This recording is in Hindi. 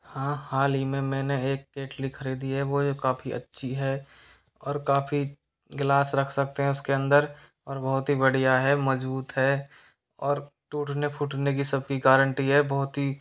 हाँ हाल ही में मैंने एक केटली खरीदी है वो ये काफ़ी अच्छी है और काफ़ी ग्लास रख सकते हैं उसके अंदर और बहुत ही बढ़िया है मजबूत है और टूटने फूटने की सबकी गारंटी है बहुत ही